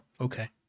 okay